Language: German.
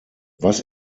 was